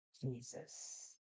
Jesus